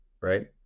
right